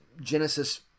Genesis